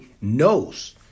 knows